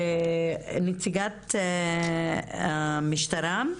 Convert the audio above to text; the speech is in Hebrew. נציגת המשטרה.